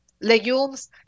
Legumes